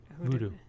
voodoo